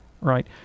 right